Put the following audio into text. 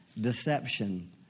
deception